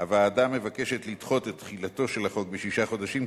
הוועדה מבקשת לדחות את תחילתו של החוק בשישה חודשים,